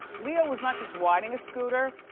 leo was not just riding a scooter,